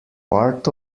part